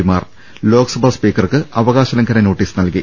പിമാർ ലോക്സഭാ സ്പീക്കർക്ക് അവകാശലംഘന നോട്ടീസ് നൽകി